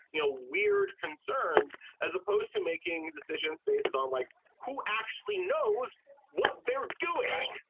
you know, weird concerns as opposed to making decisions based on like who actually knows what they're doing.